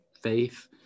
faith